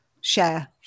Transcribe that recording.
share